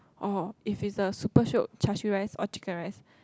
or if it is a super shiok char siew rice or chicken rice